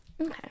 Okay